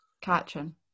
catching